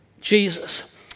Jesus